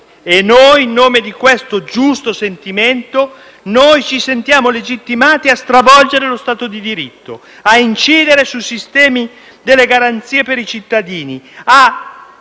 e noi, in nome di questo giusto sentimento, ci sentiamo legittimati a stravolgere lo Stato di diritto, a incidere sui sistemi delle garanzie per i cittadini, a